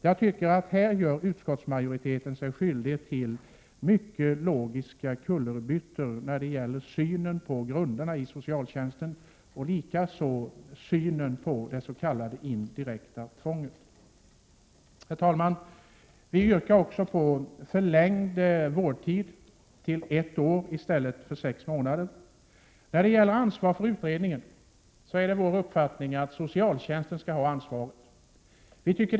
Jag tycker att majoriteten här gör sig skyldig till en logisk kullerbytta när det gäller synen på grunderna i socialtjänsten och på det s.k. indirekta tvånget. Herr talman! Vi yrkar också på att vårdtiden förlängs till ett år i stället för sex månader. Vår uppfattning är att socialtjänsten skall ha ansvaret för utredningen.